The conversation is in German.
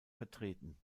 vertreten